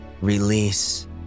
release